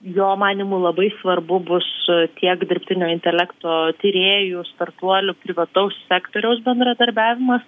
jo manymu labai svarbu tiek dirbtinio intelekto tyrėjų startuolių privataus sektoriaus bendradarbiavimas